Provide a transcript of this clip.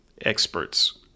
experts